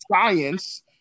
science